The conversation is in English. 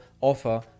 offer